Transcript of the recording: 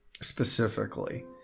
specifically